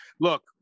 Look